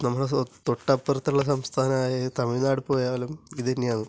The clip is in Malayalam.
നമ്മളുടെ തൊട്ട് അപ്പുറത്തുള്ള സംസ്ഥാനമായ തമിഴ്നാട് പോയാലും ഇതു തന്നെയാണ്